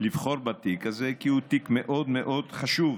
לבחור בתיק הזה כי הוא תיק מאוד מאוד חשוב.